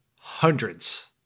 hundreds